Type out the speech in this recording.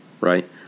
right